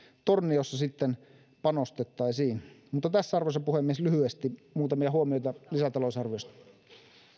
torniossa sitten panostettaisiin tässä arvoisa puhemies lyhyesti muutamia huomioita lisätalousarviosta